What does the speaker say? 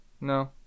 No